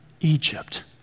Egypt